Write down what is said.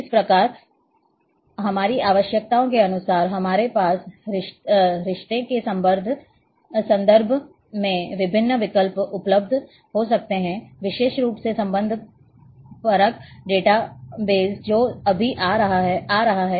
इस प्रकार हमारी आवश्यकताओं के अनुसार हमारे पास रिश्तों के संदर्भ में विभिन्न विकल्प उपलब्ध हो सकते हैं विशेष रूप से संबंधपरक डेटा बेस जो अभी आ रहा है